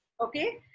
okay